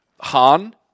Han